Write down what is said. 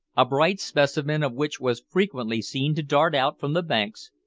a bright specimen of which was frequently seen to dart out from the banks,